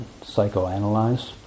psychoanalyze